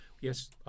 yes